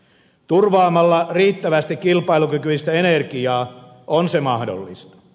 turvaamalla riittävästi kilpailukykyistä energiaa on se mahdollista